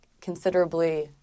considerably